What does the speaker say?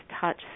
touch